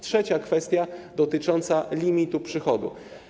Trzecia kwestia dotyczy limitu przychodu.